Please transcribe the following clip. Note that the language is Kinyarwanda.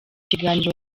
kiganiro